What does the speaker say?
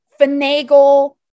finagle